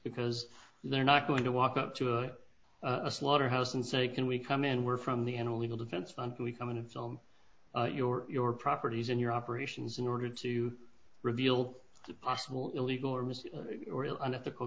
because they're not going to walk up to a slaughter house and say can we come in and we're from the animal legal defense fund we come in and film your your properties and your operations in order to reveal possible illegal or unethical